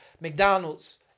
McDonald's